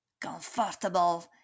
comfortable